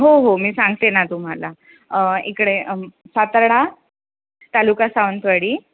हो हो मी सांगते ना तुम्हाला इकडे सातार्डा तालुका सावंतवाडी